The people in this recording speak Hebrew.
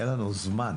אין לנו זמן.